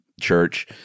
church